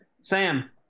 Sam